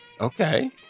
Okay